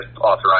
authorized